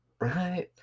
Right